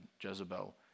Jezebel